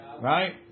Right